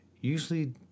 usually